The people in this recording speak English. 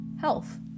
health